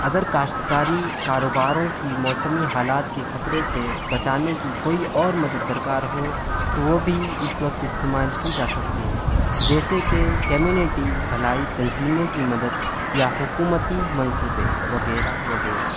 اگر کاشتکاری کاروباروں کی موسمی حالات کی خطرے سے بچانے کی کوئی اور مدد درکار ہو تو وہ بھی اس وقت استعمال کی جا سکتی ہے جیسے کہ کمیونٹی فلّاحی تنظیموں کی مدد یا حکومتی منصوبے وغیرہ وغیرہ